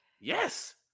yes